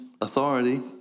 authority